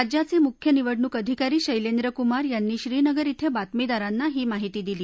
राज्याच मुख्य निवडणूक अधिकारी शैलेंद्र कुमार यांनी श्रीनगर इथं बातमीदारांना ही माहिती दिली